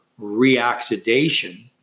reoxidation